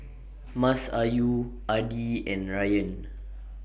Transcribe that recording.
Masayu Adi and Ryan